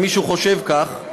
אם מישהו חושב כך,